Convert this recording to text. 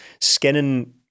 skinning